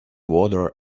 water